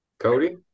Cody